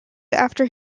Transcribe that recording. after